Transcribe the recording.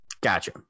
Gotcha